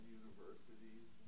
universities